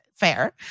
Fair